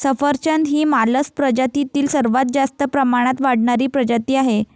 सफरचंद ही मालस प्रजातीतील सर्वात जास्त प्रमाणात वाढणारी प्रजाती आहे